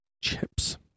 chips